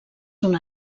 una